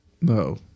No